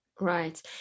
Right